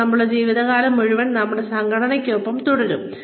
ചിലപ്പോൾ നമ്മുടെ ജീവിതകാലം മുഴുവൻ നമ്മൾ സംഘടനയ്ക്കൊപ്പം തുടരും